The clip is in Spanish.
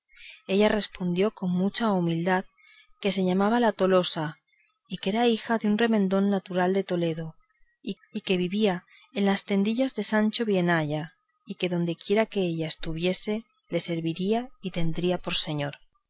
ella respondió con mucha humildad que se llamaba la tolosa y que era hija de un remendón natural de toledo que vivía a las tendillas de sancho bienaya y que dondequiera que ella estuviese le serviría y le tendría por señor